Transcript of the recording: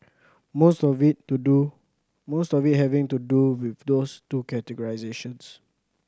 most of it to do most of it having to do with those two categorisations